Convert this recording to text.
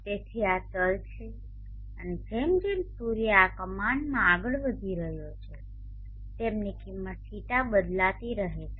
તેથી આ ચલ છે અને જેમ જેમ સૂર્ય આ કમાનમાં આગળ વધી રહ્યો છે તેમની કિંમત δ બદલાતી રહે છે